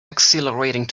exhilarating